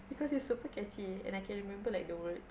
because it's super catchy and I can remember like the words